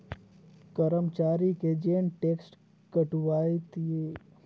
करमचारी के जेन टेक्स कटउतीए अउ कोना कटउती रहिथे तेन ल काटे के बाद म ओखर खाता बेंक खाता तनखा ल भेज देहल जाथे